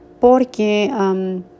porque